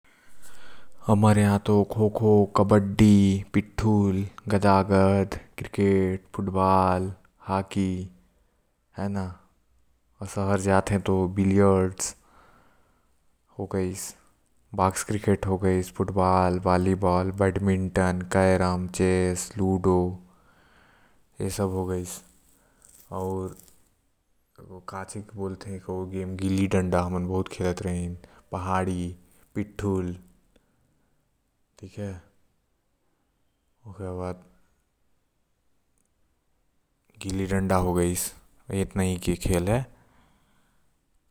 हमर यहां त खोखो कबड्डी गदागद आऊ क्रिकेट आऊ फुटबॉल हॉकी कंचा हो गाइस बॉलीबॉल आऊ बॉस्केटबॉल हो गाइस आऊ कैरम आऊ चेस आऊ लूडो हो गाइस आऊ गिल्लीडांडा हो गाइस व्यापार हो गाइस।